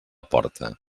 porta